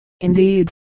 indeed